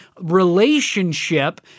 relationship